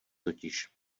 totiž